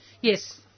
Yes